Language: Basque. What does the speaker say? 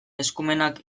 eskumenak